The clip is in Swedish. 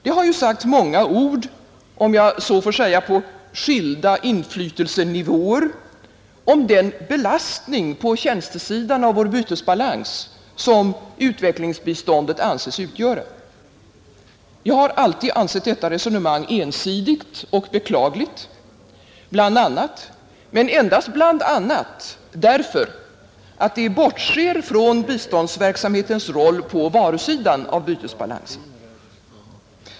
Det har ju sagts många ord, om jag så får säga på skilda inflytelsenivåer, om den belastning på tjänstesidan av vår bytesbalans som utvecklingsbiståndet anses utgöra. Jag har alltid funnit detta resonemang ensidigt och beklagligt, bl.a. — men endast bl.a. — därför att det bortser från biståndsverksamhetens roll på varusidan.